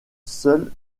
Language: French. seul